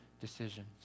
decisions